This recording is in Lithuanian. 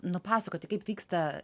nupasakoti kaip vyksta